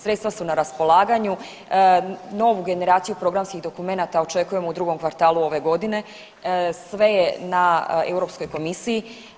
Sredstva su na raspolaganju, novu generaciju programskih dokumenata očekujemo u drugom kvartalu ove godine, sve je na Europskoj komisiji.